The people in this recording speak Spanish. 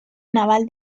naval